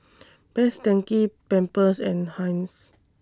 Best Denki Pampers and Heinz